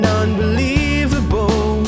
unbelievable